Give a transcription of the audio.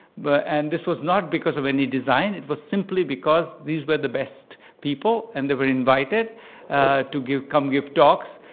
but and this was not because of any design. it was simply because these were the best people. and they were invited to come give talks.